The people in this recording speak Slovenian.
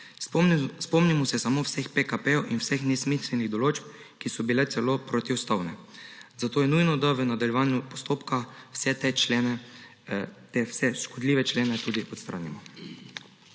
Spomnimo se samo vseh PKP in vseh nesmiselnih določb, ki so bile celo protiustavne. Zato je nujno, da v nadaljevanju postopka vse te člene, te vse škodljive člene, tudi odstranimo.